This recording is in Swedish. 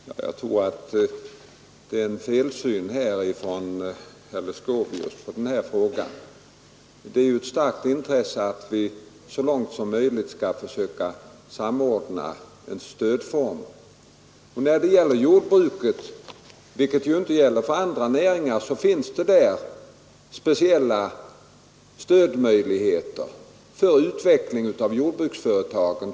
Herr talman! Jag tror att det är en felsyn av herr Leuchovius på den här frågan. Det är ju ett starkt intresse att vi skall så mycket som möjligt försöka samordna stödformerna. I fråga om jordbruket finns det, vilket inte gäller för andra näringar, speciella stödmöjligheter för utveckling av företagen.